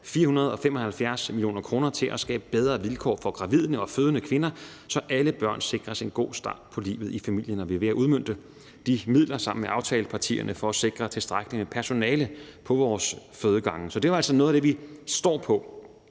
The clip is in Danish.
475 mio. kr. til at skabe bedre vilkår for gravide og fødende kvinder, så alle børn sikres en god start på livet i familien. Og vi er ved at udmønte de midler sammen med aftalepartierne for at sikre tilstrækkeligt med personale på vores fødegange. Så det er jo altså noget af det, vi står på.